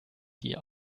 die